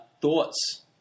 thoughts